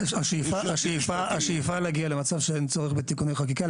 השאיפה היא להגיע למצב שבו אין צורך לבצע תיקוני חקיקה.